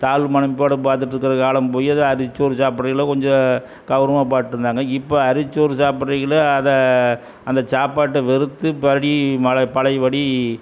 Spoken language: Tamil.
தாழ்வு மனைப்பாடம் பார்த்துட்ருக்குற காலம் போய் அது அரிசிச்சோறு சாப்பிடயில கொஞ்சம் கௌரவமாக பார்த்துட்ருந்தாங்க இப்போ அரிசிச்சோறு சாப்பிடுறவைகளே அதை அந்த சாப்பாட்டை வெறுத்து மறுபடி பழ பழையபடி